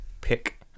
pick